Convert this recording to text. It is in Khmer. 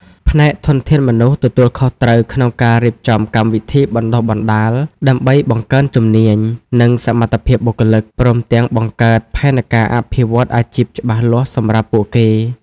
ផ្នែកធនធានមនុស្សទទួលខុសត្រូវក្នុងការរៀបចំកម្មវិធីបណ្តុះបណ្តាល ដើម្បីបង្កើនជំនាញ និងសមត្ថភាពបុគ្គលិក ព្រមទាំងបង្កើតផែនការអភិវឌ្ឍអាជីពច្បាស់លាស់សម្រាប់ពួកគេ។